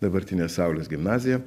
dabartinės saulės gimnaziją